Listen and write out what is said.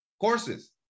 Courses